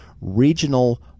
regional